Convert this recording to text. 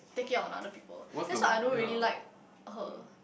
take it out on other people that's what I don't really like her